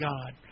God